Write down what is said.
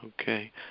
Okay